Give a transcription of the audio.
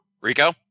Rico